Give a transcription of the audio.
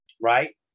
right